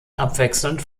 abwechselnd